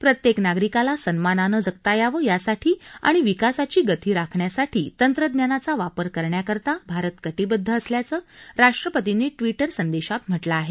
प्रत्येक नागरिकाला सन्मानानं जगता यावं यासाठी आणि विकासाची गती राखण्यासाठी तंत्रज्ञानाचा वापर करण्याकरता भारत कटिबद्ध असल्याचं राष्ट्रपतींनी ट्विटर संदेशात म्हटलं आहे